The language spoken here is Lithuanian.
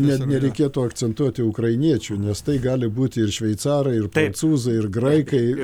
net nereikėtų akcentuoti ukrainiečių nes tai gali būti ir šveicarai ir prancūzai ir graikai